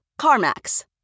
CarMax